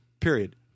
Period